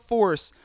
Force